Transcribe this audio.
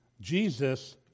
Jesus